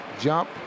jump